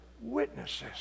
witnesses